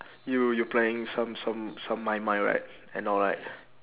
you you playing some some some my mind right and all right